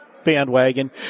bandwagon